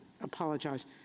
apologize